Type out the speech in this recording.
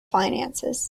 finances